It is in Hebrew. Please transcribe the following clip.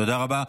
תודה רבה.